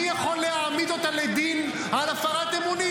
מי יכול להעמיד אותה לדין על הפרת אמונים?